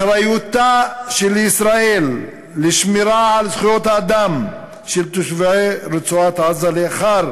אחריותה של ישראל לשמירה על זכויות האדם של תושבי רצועת-עזה לאחר